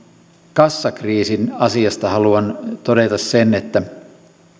kassakriisin asiasta haluan todeta sen että